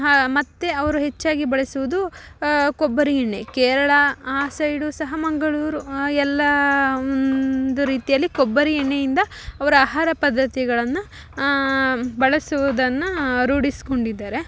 ಹಾಂ ಮತ್ತು ಅವರು ಹೆಚ್ಚಾಗಿ ಬಳಸೋದು ಕೊಬ್ಬರಿ ಎಣ್ಣೆ ಕೇರಳ ಆ ಸೈಡು ಸಹ ಮಂಗಳೂರು ಎಲ್ಲ ಒಂದು ರೀತಿಯಲ್ಲಿ ಕೊಬ್ಬರಿ ಎಣ್ಣೆಯಿಂದ ಅವ್ರ ಆಹಾರ ಪದ್ಧತಿಗಳನ್ನು ಬಳಸುವುದನ್ನ ರೂಢಿಸ್ಕೊಂಡಿದ್ದಾರೆ